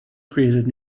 created